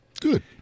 Good